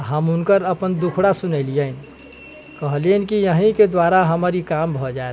आ हम हुनका अपन दुखड़ा सुनेलियैन कहलियैन कि अहीँके द्वारा हमर ई काम भऽ जायत